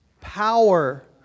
power